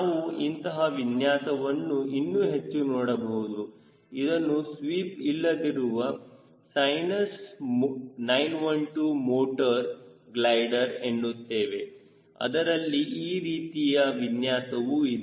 ನಾವು ಇಂತಹ ವಿನ್ಯಾಸವನ್ನು ಇನ್ನು ಹೆಚ್ಚು ನೋಡಬಹುದು ಇದನ್ನು ಸ್ವೀಪ್ಇಲ್ಲದಿರುವ ಸೈನಸ್ 912 ಮೋಟರ್ ಗ್ಲೈಡರ್ ಎನ್ನುತ್ತೇವೆ ಅದರಲ್ಲಿ ಈ ರೀತಿಯ ವಿನ್ಯಾಸವು ಇದೆ